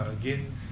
again